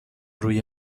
روی